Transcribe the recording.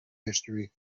history